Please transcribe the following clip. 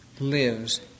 lives